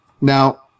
now